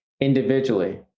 individually